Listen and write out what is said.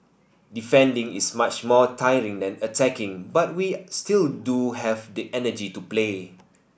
defending is much more tiring than attacking but we still do have the energy to play